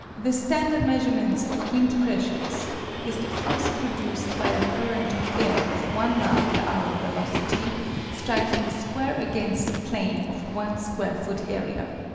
the standard measurements of wind-pressures is the force produced by a current of air of one mile per hour velocity striking square against a plane of one square foot area.